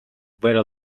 very